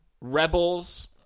rebels